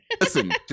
Listen